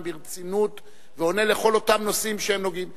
ברצינות ועונה בכל אותם נושאים שנוגעים.